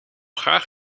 graag